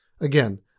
Again